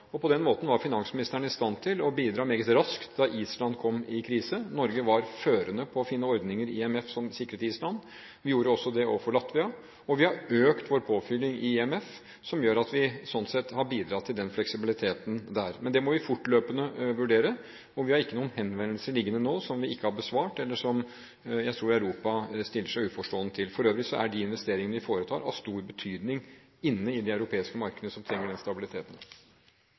bidra. På den måten var finansministeren i stand til å bidra meget raskt da Island kom i krise. Norge var førende når det gjaldt å finne ordninger i IMF som sikret Island. Vi gjorde også det overfor Latvia. Vi har økt vår påfylling i IMF, som gjør at vi sånn sett har bidratt til fleksibiliteten der. Men dette må vi fortløpende vurdere, og vi har ikke noen henvendelser liggende nå som vi ikke har besvart, eller som jeg tror Europa stiller seg uforstående til. For øvrig er de investeringene vi foretar, av stor betydning inne i de europeiske markedene som trenger den stabiliteten.